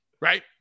Right